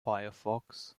firefox